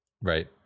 Right